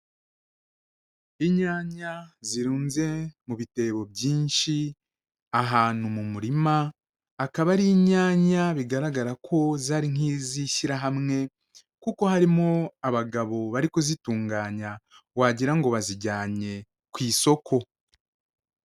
Inyanya zirunze mu bitebo byinshi ahantu mu murima, akaba ari inyanya bigaragara ko zari nk'iz'ishyirahamwe kuko harimo abagabo bari kuzitunganya, wagira ngo bazijyanye ku isoko.